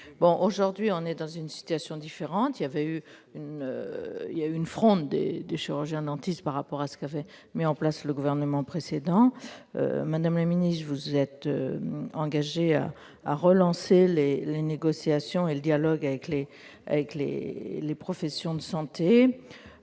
aujourd'hui dans une situation différente, après la fronde des chirurgiens-dentistes face à ce qu'avait mis en place le gouvernement précédent. Madame la ministre, vous vous êtes engagée à relancer les négociations et le dialogue avec les professions de santé.